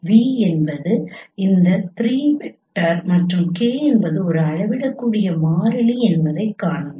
V என்பது எந்த 3 vector மற்றும் K என்பது ஒரு அளவிடக்கூடிய மாறிலி என்பதைக் காண்க